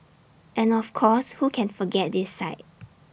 and of course who can forget this sight